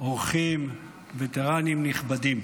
אורחים, וטרנים נכבדים,